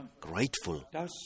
grateful